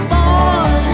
boy